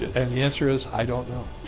and the answer is, i don't know.